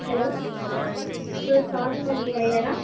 hello Charumathi டைலரா